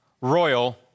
royal